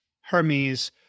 Hermes